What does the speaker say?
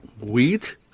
Wheat